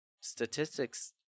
statistics